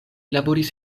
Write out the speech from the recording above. laboris